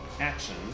action